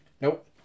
Nope